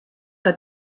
que